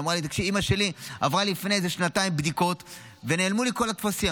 ואמרה לי: אימא שלי עברה לפני שנתיים בדיקות ונעלמו לי כל הטפסים.